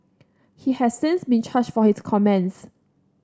he has since been charged for his comments